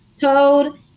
told